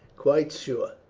quite sure.